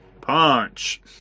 Punch